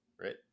Right